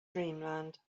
dreamland